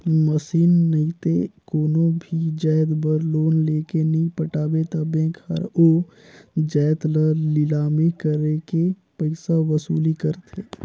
machine नइते कोनो भी जाएत बर लोन लेके नी पटाबे ता बेंक हर ओ जाएत ल लिलामी करके पइसा वसूली करथे